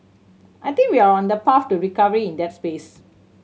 I think we're on a path to recovery in that space